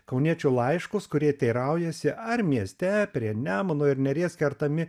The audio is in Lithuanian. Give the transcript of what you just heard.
kauniečių laiškus kurie teiraujasi ar mieste prie nemuno ir neries kertami